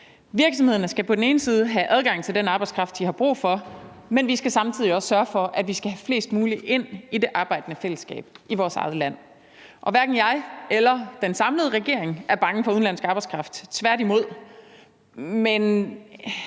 Virksomhederne skal på den ene side have adgang til den arbejdskraft, de har brug for, men vi skal samtidig sørge for at få flest mulige ind i det arbejdende fællesskab i vores eget land. Hverken jeg eller den samlede regering er bange for udenlandsk arbejdskraft, tværtimod. Men